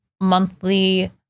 monthly